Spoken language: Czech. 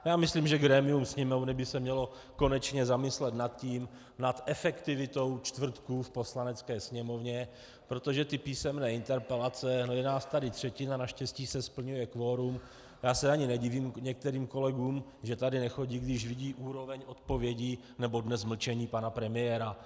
A já myslím, že grémium Sněmovny by se mělo konečně zamyslet nad efektivitou čtvrtků v Poslanecké sněmovně, protože písemné interpelace, je nás tady třetina, naštěstí se splňuje kvorum, já se ani nedivím některým kolegům, že sem nechodí, když vidí úroveň odpovědí nebo dnes mlčení pana premiéra.